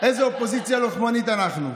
איזו אופוזיציה לוחמנית אנחנו,